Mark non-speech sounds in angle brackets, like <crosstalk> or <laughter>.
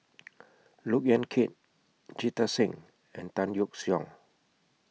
<noise> Look Yan Kit Jita Singh and Tan Yeok Seong